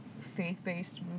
faith-based